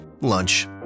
lunch